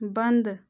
बंद